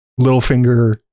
Littlefinger